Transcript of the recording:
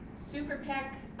super pac